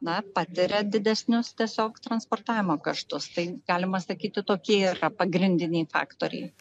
na patiria didesnius tiesiog transportavimo kaštus tai galima sakyti tokie yra pagrindiniai faktoriai